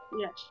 Yes